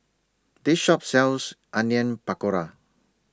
This Shop sells Onion Pakora